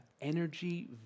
energy